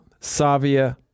Savia